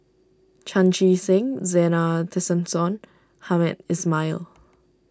Chan Chee Seng Zena Tessensohn Hamed Ismail